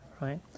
right